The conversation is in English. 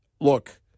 look